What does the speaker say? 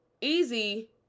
easy